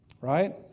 Right